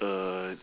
uh